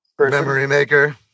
memory-maker